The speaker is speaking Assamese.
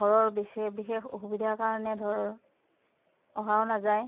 ঘৰৰ বিশেষ অসুবিধাৰ কাৰণে ধৰ অহাও নাযায়